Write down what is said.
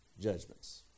judgments